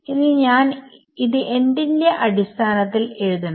ഇനി ഞാൻ ഇത് എന്തിന്റെ അടിസ്ഥാനത്തിൽ എഴുതണം